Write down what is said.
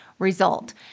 result